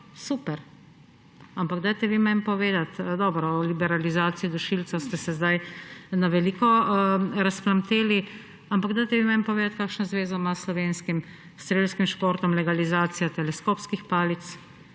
super. Ampak dajte vi meni povedati, dobro, o liberalizaciji dušilca ste se zdaj na veliko razplamteli, ampak dajte vi meni povedati, kakšno zvezo ima s slovenskim strelskim športom legalizacija teleskopskih palic